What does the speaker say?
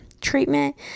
Treatment